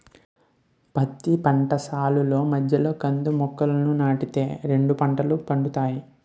పత్తి పంట సాలుల మధ్యలో కంది మొక్కలని నాటి తే రెండు పంటలు పండుతాయి